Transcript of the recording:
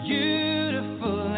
Beautiful